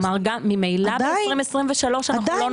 כלומר ממילא ב-2023 אנחנו לא נוכל להשתמש.